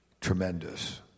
Tremendous